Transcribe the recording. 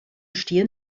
stehen